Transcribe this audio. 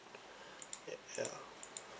y~ ya